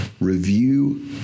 review